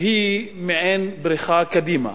היא מעין בריחה קדימה.